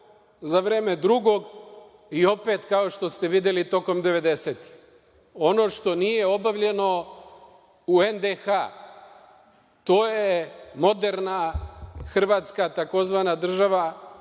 za vreme Drugog i opet, kao što ste videli, tokom 90-ih. Ono što nije obavljeno u NDH, to je moderna Hrvatska tzv. država,